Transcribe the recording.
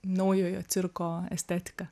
naujojo cirko estetiką